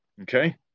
okay